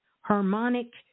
harmonic